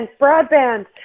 broadband